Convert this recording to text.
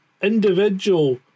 individual